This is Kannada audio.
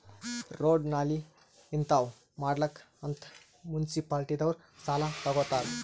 ರೋಡ್, ನಾಲಿ ಹಿಂತಾವ್ ಮಾಡ್ಲಕ್ ಅಂತ್ ಮುನ್ಸಿಪಾಲಿಟಿದವ್ರು ಸಾಲಾ ತಗೊತ್ತಾರ್